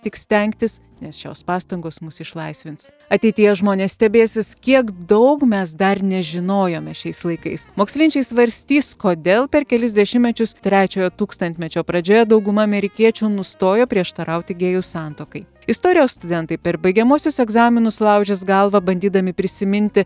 tik stengtis nes šios pastangos mus išlaisvins ateityje žmonės stebėsis kiek daug mes dar nežinojome šiais laikais mokslinčiai svarstys kodėl per kelis dešimmečius trečiojo tūkstantmečio pradžioje dauguma amerikiečių nustojo prieštarauti gėjų santuokai istorijos studentai per baigiamuosius egzaminus laužys galvą bandydami prisiminti